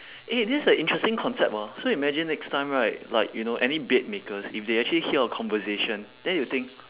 eh this is a interesting concept ah so you imagine next time right like you know any bed makers if they actually hear our conversation then you will think